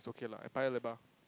it's okay lah at Paya-Lebar